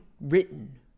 written